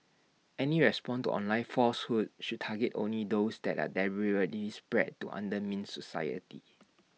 any response to online falsehoods should target only those that are deliberately spread to undermine society